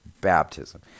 baptism